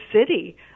city